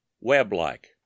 Web-like